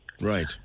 Right